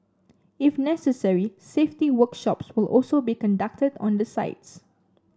if necessary safety workshops will also be conducted on the sites